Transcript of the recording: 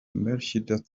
melchizedek